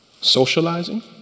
socializing